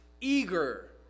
eager